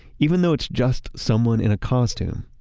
even though it's just someone in a costume.